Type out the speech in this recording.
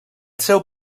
seu